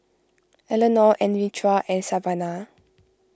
Eleanore Anitra and Savana